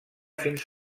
fins